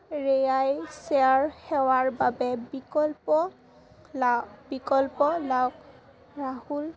share সেৱাৰ বাবে বিকল্প লা বিকল্প লাও ৰাহুল